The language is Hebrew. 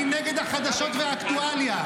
אני נגד החדשות והאקטואליה.